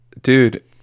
Dude